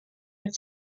ერთ